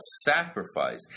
sacrifice